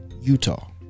utah